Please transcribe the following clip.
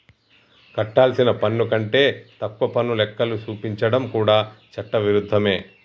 కట్టాల్సిన పన్ను కంటే తక్కువ పన్ను లెక్కలు చూపించడం కూడా చట్ట విరుద్ధమే